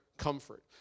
comfort